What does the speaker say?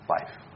life